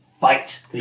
fight